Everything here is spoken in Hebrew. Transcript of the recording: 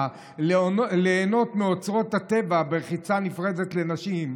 ליהנות מאוצרות הטבע ברחיצה נפרדת לנשים,